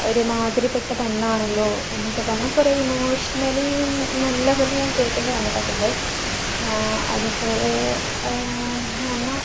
ഒരു മാതിരിപ്പെട്ട പെണ്ണാണല്ലോ എന്നൊക്കെ പറഞ്ഞ് കുറേ ഇമോഷണലി നല്ല പോലെ ഞാൻ കേൾക്കേണ്ടി വന്നിട്ടൊക്കെ ഉണ്ട് അതുപോലെ എന്നു പറഞ്ഞാൽ